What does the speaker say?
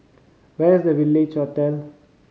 where is the Village Hotel